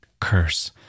curse